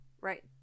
right